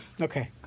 Okay